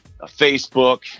Facebook